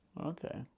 okay